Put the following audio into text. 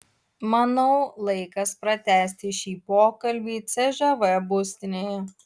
manau laikas pratęsti šį pokalbį cžv būstinėje